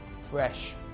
fresh